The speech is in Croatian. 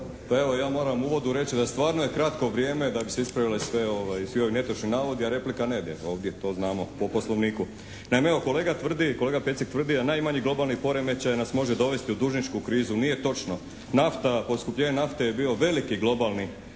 evo ja moram u uvodu reći da stvarno je kratko vrijeme da bi se ispravili svi ovi netočni navodi, a replika ne ide ovdje to znamo po Poslovniku. Naime, evo kolega tvrdi, kolega Pecek tvrdi da najmanji globalni poremećaj nas može dovesti u dužničku krizu. Nije točno. Nafta, poskupljenje nafte je bio veliki globalni